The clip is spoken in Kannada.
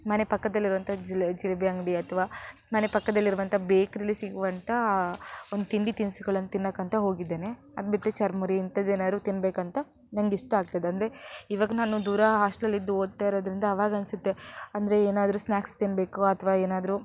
ಮನೆ ಪಕ್ಕದಲ್ಲಿರುವಂಥ ಜಿಲೇ ಜಿಲೇಬಿ ಅಂಗಡಿ ಅಥ್ವಾ ಮನೆ ಪಕ್ಕದಲ್ಲಿರುವಂಥ ಬೇಕರೀಲಿ ಸಿಗುವಂಥ ಒಂದು ತಿಂಡಿ ತಿನಿಸುಗಳನ್ನು ತಿನ್ನೋಕ್ಕಂತ ಹೋಗಿದ್ದೇನೆ ಅದು ಬಿಟ್ಟರೆ ಚುರ್ಮುರಿ ಇಂಥದ್ದೇನಾದ್ರು ತಿನ್ನಬೇಕಂತ ನನಗಿಷ್ಟ ಆಗ್ತದೆ ಅಂದರೆ ಇವಾಗ ನಾನು ದೂರ ಹಾಸ್ಟೆಲಲ್ಲಿ ಇದ್ದು ಓದ್ತಾ ಇರೋದರಿಂದ ಆವಾಗ ಅನಿಸುತ್ತೆ ಅಂದರೆ ಏನಾದರೂ ಸ್ನಾಕ್ಸ್ ತಿನ್ನಬೇಕು ಅಥ್ವಾ ಏನಾದರೂ